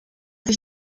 sich